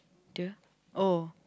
the oh